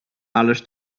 ależ